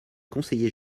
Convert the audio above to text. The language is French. conseiller